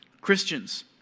Christians